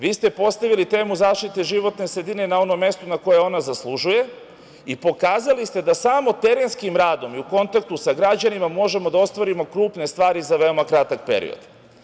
Vi ste postavili temu zaštite životne sredine na ono mesto koje ona zaslužuje i pokazali ste da samo terenskim radom i u kontaktu sa građanima možemo da ostvarimo krupne stvari za veoma kratak period.